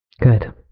Good